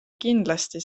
kindlasti